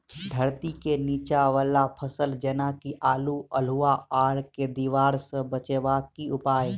धरती केँ नीचा वला फसल जेना की आलु, अल्हुआ आर केँ दीवार सऽ बचेबाक की उपाय?